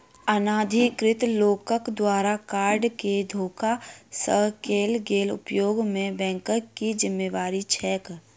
अनाधिकृत लोकक द्वारा कार्ड केँ धोखा सँ कैल गेल उपयोग मे बैंकक की जिम्मेवारी छैक?